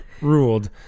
ruled